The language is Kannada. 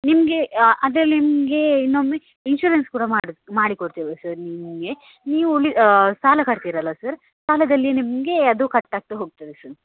ನಿಮಗೆ ಅದ್ರಲ್ಲಿ ನಿಮಗೆ ಇನ್ನೊಮ್ಮೆ ಇನ್ಸೂರೆನ್ಸ್ ಕೂಡ ಮಾಡ್ಸಿ ಮಾಡಿ ಕೊಡ್ತೇವೆ ಸರ್ ನಿಮಗೆ ನೀವು ಉಳಿ ಸಾಲ ಕಟ್ತೀರಲ್ಲ ಸರ್ ಸಾಲದಲ್ಲಿ ನಿಮಗೆ ಅದು ಕಟ್ ಆಗ್ತಾ ಹೋಗ್ತದೆ ಸರ್